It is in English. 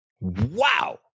Wow